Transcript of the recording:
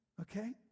okay